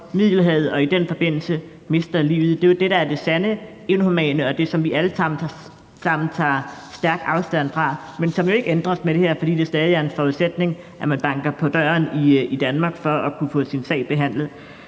og i den forbindelse mister livet. Det er jo det, der er det sande inhumane, og det, som vi alle sammen tager stærk afstand fra, men som jo ikke ændres med det her, fordi det stadig er en forudsætning, at man banker på døren i Danmark for at kunne få sin sag behandlet.